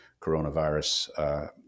coronavirus